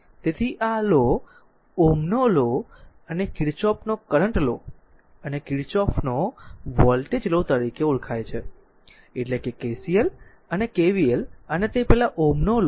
તેથી આ લો Ω નો લો અને કિર્ચહોફનો કરંટ લો અને કિર્ચહોફનો વોલ્ટેજ લો તરીકે ઓળખાય છે એટલે કે KCL અને KVL અને તે પહેલા Ω નો લો